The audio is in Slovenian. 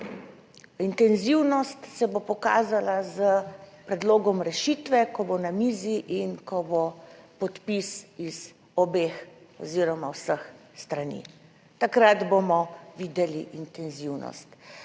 Intenzivnost se bo pokazala s predlogom rešitve, ko bo na mizi in ko bo podpis iz obeh oziroma vseh strani, takrat bomo videli intenzivnost.